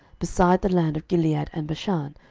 beside the land of gilead and bashan,